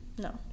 No